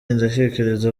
ndatekereza